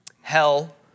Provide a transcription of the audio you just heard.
hell